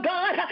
God